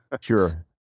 Sure